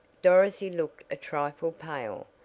dorothy looked a trifle pale,